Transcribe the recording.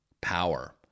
power